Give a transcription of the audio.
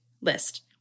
list